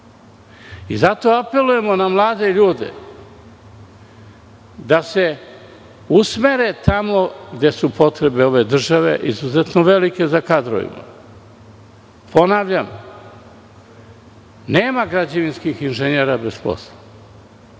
Zato apelujemo na mlade ljude da se usmere tamo gde su potrebe ove države izuzetno velike za kadrovima. Ponavljam, nema građevinskih inženjera bez posla.